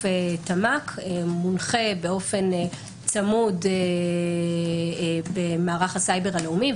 תמ"ק מונחה באופן צמוד במערך הסייבר הלאומי,